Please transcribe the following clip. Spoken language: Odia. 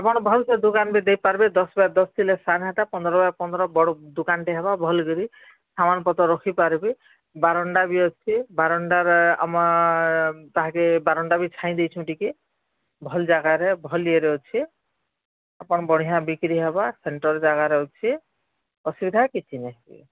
ଆପଣ ଭଲ୍ କରି ଦୋକାନ୍ଟେ ଦେଇପାରବେ ଦଶ୍ ବାଏ ଦଶ୍ ଥିଲେ ସାଧାଟା ପନ୍ଦର ବାଏ ପନ୍ଦର ବଡ଼ ଦକାନ୍ଟେ ହେବା ଭଲ୍ କରି ସାମାନ୍ ପତର୍ ରଖି ପାରବେ ବାରଣ୍ଡା ଭି ଅଛେ ବାରଣ୍ଡାରେ ଆମର୍ ତାହାକେ ବାରଣ୍ଡା ବି ଛାଇଁ ଦେଇଛୁଁ ଟିକେ ଭଲ୍ ଜାଗାରେ ଭଲ୍ ଇଏରେ ଅଛେ ଆପଣ ବଢ଼ିଆ ବିକ୍ରି ହେବା ସେଣ୍ଟ୍ରାଲ୍ ଜାଗାରେ ଅଛେ ଅସୁବିଧା କିଛି ନାଇଁ ହୁଏ